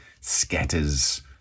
scatters